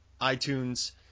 iTunes